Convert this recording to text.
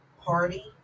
party